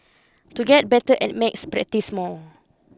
to get better at math practise more